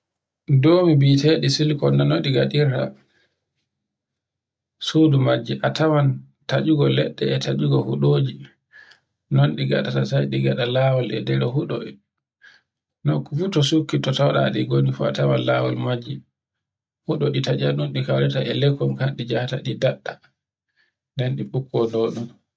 Domi biteɗi silkon nanoɗe gaɗirta sudu majje. A tawan tatcugo leɗɗe, tatcugo huɗoji non ɗi ngadata sai ɗi gada lawol e nder huɗo. Nokku fu to sukki to tawɗa ɗi goni fu a tawan lawol majji. Huɗo ɗi tatcan ɗun ɗi kaurata e lekkol fanɗi jata ɗin ɗi dabɗa. nde ɗi ɓukko dow ɗon.